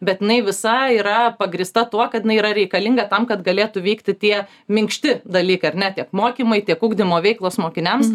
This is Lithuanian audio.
bet jinai visa yra pagrįsta tuo kad jinai yra reikalinga tam kad galėtų veikti tie minkšti dalykai ar ne tiek mokymai tiek ugdymo veiklos mokiniams